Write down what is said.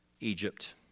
Egypt